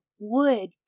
wood